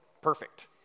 perfect